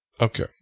Okay